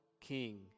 King